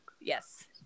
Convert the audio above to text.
Yes